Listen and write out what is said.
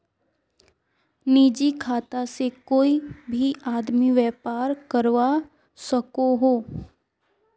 निजी खाता से कोए भी आदमी व्यापार करवा सकोहो